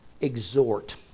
exhort